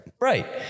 Right